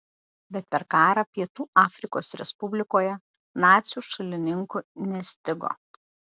bet per karą pietų afrikos respublikoje nacių šalininkų nestigo